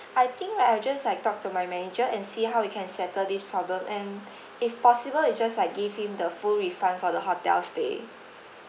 I think I'll just like talk to my manager and see how we can settle this problem and if possible we just like give him the full refund for the hotel stay